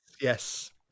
yes